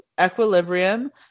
Equilibrium